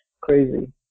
crazy